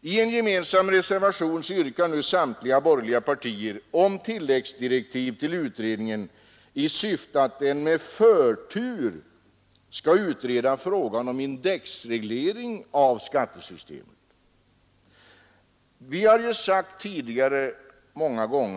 I en gemensam reservation yrkar nu samtliga borgerliga partier tilläggsdirektiv till utredningen i syfte att den med förtur skall utreda frågan om indexreglering av skattesystemet.